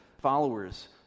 followers